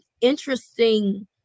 interesting